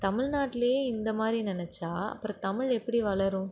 தமிழ்நாட்டுலேயே இந்த மாதிரி நினைச்சா அப்புறம் தமிழ் எப்படி வளரும்